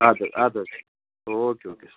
اَدٕ حظ اَدٕ حظ او کے او کے سَر